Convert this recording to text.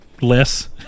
less